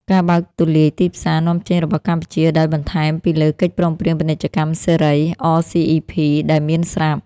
ការបើកទូលាយទីផ្សារនាំចេញរបស់កម្ពុជា ដោយបន្ថែមពីលើកិច្ចព្រមព្រៀងពាណិជ្ជកម្មសេរី អ សុី អុី ភី(RCEP) ដែលមានស្រាប់។